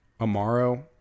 Amaro